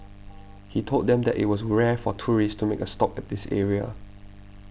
he told them that it was rare for tourists a stop at this area